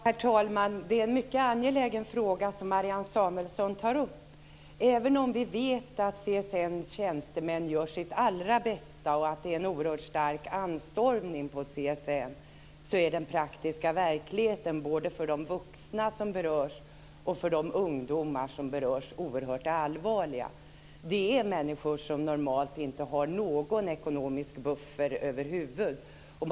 Herr talman! Det är en mycket angelägen fråga som Marianne Samuelsson tar upp. Även om vi vet att CSN:s tjänstemän gör sitt allra bästa och att det är en oerhört stark anstormning på CSN, är den praktiska verkligheten både för de vuxna som berörs och för de ungdomar som berörs oerhört allvarlig. Det är människor som normalt inte har någon ekonomisk buffert över huvud taget.